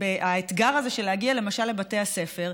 האתגר הזה של להגיע למשל לבתי הספר,